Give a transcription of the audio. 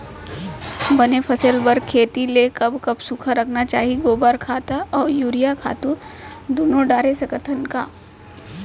बने फसल बर खेती ल कब कब सूखा रखना चाही, गोबर खत्ता और यूरिया खातू दूनो डारे सकथन का?